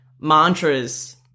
mantras